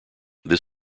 this